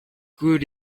good